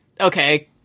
Okay